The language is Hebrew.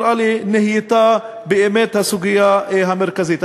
נראה לי שנהייתה באמת הסוגיה המרכזית.